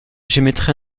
j’émettrai